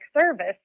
service